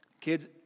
Kids